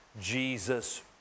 Jesus